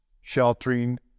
sheltering